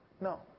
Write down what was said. No